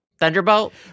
thunderbolt